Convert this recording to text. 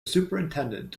superintendent